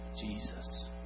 Jesus